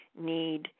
need